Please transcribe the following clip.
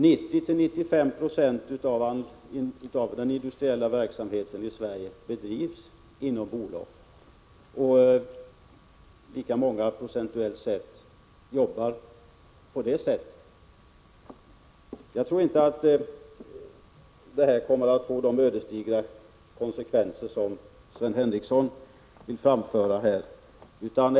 90—95 96 av den industriella verksamheten i Sverige bedrivs inom bolag, och lika många företag procentuellt sett arbetar på det sättet. Jag tror inte att konsekvenserna kommer att bli så ödesdigra som Sven Henricsson vill göra gällande.